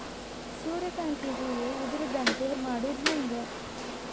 ಸೂರ್ಯಕಾಂತಿ ಹೂವ ಉದರದಂತೆ ಮಾಡುದ ಹೆಂಗ್?